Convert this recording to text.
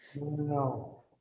No